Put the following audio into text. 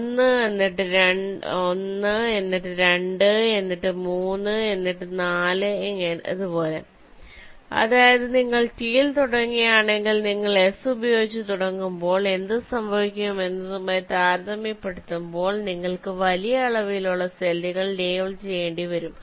1 എന്നിട്ട് 2 എന്നിട്ട് 3 എന്നിങ്ങനെ 4 ഇതുപോലെ അതായത് നിങ്ങൾ T യിൽ തുടങ്ങുകയാണെങ്കിൽ നിങ്ങൾ എസ് ഉപയോഗിച്ച് തുടങ്ങുമ്പോൾ എന്ത് സംഭവിക്കും എന്നതുമായി താരതമ്യപ്പെടുത്തുമ്പോൾ നിങ്ങൾക്ക് വലിയ അളവിലുള്ള സെല്ലുകൾ ലേബൽ ചെയ്യേണ്ടി വരും